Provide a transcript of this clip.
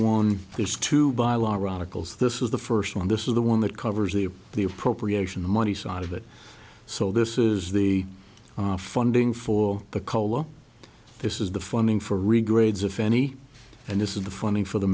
one has to by law radicals this is the first one this is the one that covers the the appropriation the money side of it so this is the funding for the cola this is the funding for regrade so if any and this is the funding for the